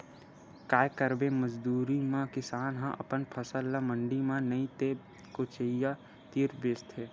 काये करबे मजबूरी म किसान ह अपन फसल ल मंडी म नइ ते कोचिया तीर बेचथे